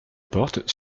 porte